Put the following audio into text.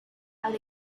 how